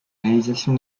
réalisation